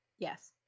Yes